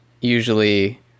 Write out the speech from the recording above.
usually